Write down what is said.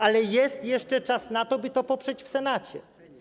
Ale jest jeszcze czas na to, by to poprzeć w Senacie.